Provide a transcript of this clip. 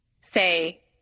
say